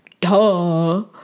Duh